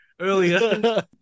Earlier